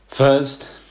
First